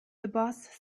boss